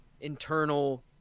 internal